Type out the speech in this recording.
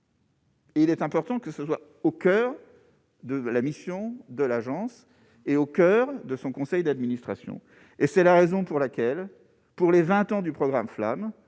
Il est important que ce soit au coeur de la mission de l'agence et au coeur de son conseil d'administration et c'est la raison pour laquelle, pour les 20 ans du programme